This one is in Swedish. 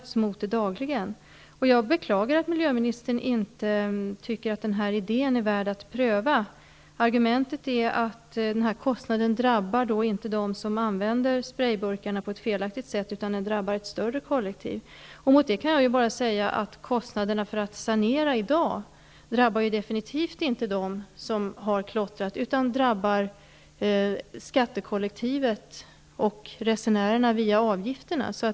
Jag beklagar att miljöministern inte tycker att denna idé är värd att pröva. Argumentet är att kostnaden inte drabbar dem som använder sprayburkarna på ett felaktigt sätt, utan den drabbar ett större kollektiv. Till svar på det kan jag säga att kostnaderna för att sanera i dag definitivt inte drabbar dem som har klottrat. De drabbar skattebetalarkollektivet och resenärerna via avgifterna.